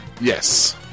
Yes